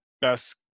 best